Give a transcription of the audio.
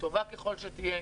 טובה ככל שתהיה,